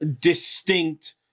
distinct